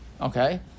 Okay